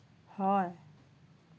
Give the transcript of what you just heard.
হয়